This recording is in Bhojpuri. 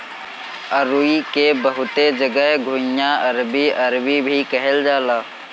अरुई के बहुते जगह घुइयां, अरबी, अरवी भी कहल जाला